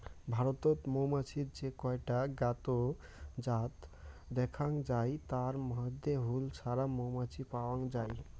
ভারতত মৌমাছির যে কয়টা জ্ঞাত জাত দ্যাখ্যাং যাই তার মইধ্যে হুল ছাড়া মৌমাছি পাওয়াং যাই